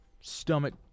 stomach